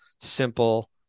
simple